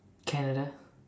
Canada